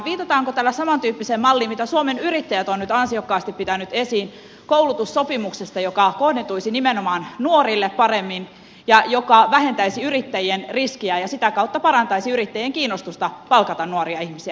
viitataanko tällä samantyyppiseen malliin mitä suomen yrittäjät on nyt ansiokkaasti pitänyt esiin koulutussopimuksesta joka kohdentuisi nimenomaan nuorille paremmin ja joka vähentäisi yrittäjien riskiä ja sitä kautta parantaisi yrittäjien kiinnostusta palkata nuoria ihmisiä